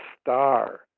star